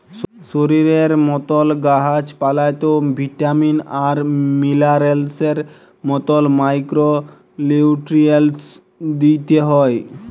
শরীরের মতল গাহাচ পালাতেও ভিটামিল আর মিলারেলসের মতল মাইক্রো লিউট্রিয়েল্টস দিইতে হ্যয়